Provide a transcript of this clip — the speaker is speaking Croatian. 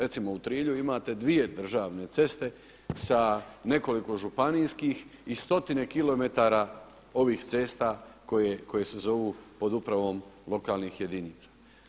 Recimo u Trilju imate dvije državne ceste sa nekoliko županijskih i stotine kilometara ovih cesta koje se zovu pod upravom lokalnih jedinica.